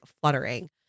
fluttering